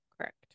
correct